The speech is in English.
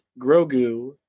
Grogu